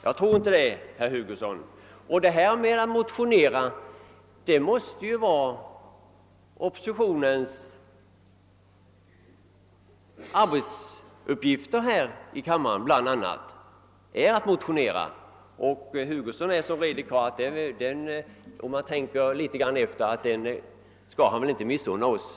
Jag tror inte det, herr Hugosson. Vad sedan angår motionerandet tillhör ju detta bl.a. oppositionens arbets uppgifter här i riksdagen, och herr Hugosson är en så förnuftig karl att han säkert inte missunnar oss rätten till detta.